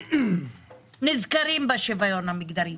נזכרים בשוויון המגדרי.